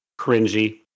cringy